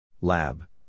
Lab